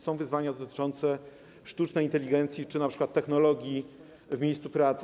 Są wyzwania dotyczące sztucznej inteligencji czy np. technologii w miejscu pracy.